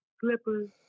slippers